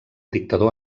dictador